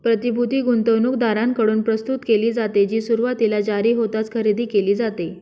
प्रतिभूती गुंतवणूकदारांकडून प्रस्तुत केली जाते, जी सुरुवातीला जारी होताच खरेदी केली जाते